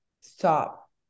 Stop